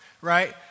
right